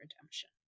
redemption